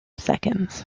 seconds